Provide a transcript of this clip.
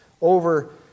over